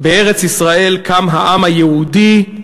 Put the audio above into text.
"בארץ-ישראל קם העם היהודי,